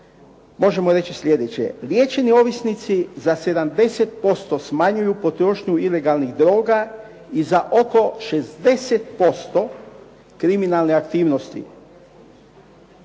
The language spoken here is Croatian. može se reći sljedeće. Liječeni ovisnici za 70% smanjuju potrošnju ilegalnih droga i za oko 60% kriminalne aktivnosti,